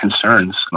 concerns